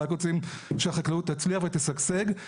רק רוצים שהחקלאות תצליח ותשגשג,